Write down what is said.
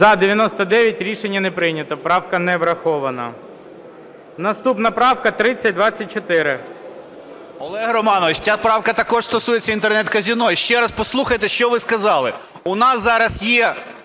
За-99 Рішення не прийнято. Правка не врахована. Наступна правка 3024. 10:37:13 МАКАРОВ О.А. Олег Романович, ця правка також стосується Інтернет-казино. Ще раз послухайте, що ви сказали: у нас зараз є